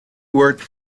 worked